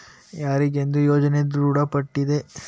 ಯಾರಿಗೆಂದು ಯೋಜನೆ ದೃಢಪಟ್ಟಿದೆ?